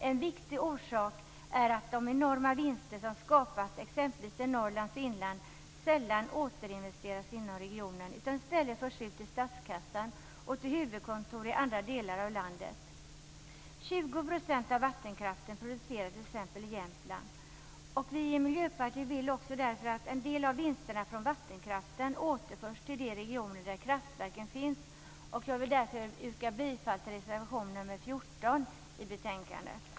En viktig orsak härtill är att de enorma vinster som skapas exempelvis i Norrlands inland sällan återinvesteras inom regionerna utan i stället förs till statskassan och till huvudkontor i andra delar av landet. 20 % av vattenkraften produceras t.ex. i Jämtland. Vi i Miljöpartiet vill att en del av vinsterna från vattenkraften återförs till de regioner där kraftverken finns. Jag yrkar därför bifall till reservation nr 14 vid betänkandet.